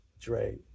Dre